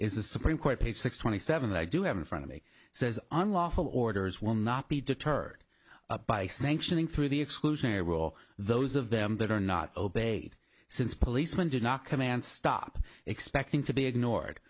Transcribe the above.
is the supreme court page six twenty seven that i do have in front of me says unlawful orders will not be deterred by sanctioning through the exclusionary rule those of them that are not obeyed since policeman did not command stop expecting to be ignored